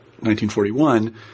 1941